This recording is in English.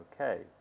Okay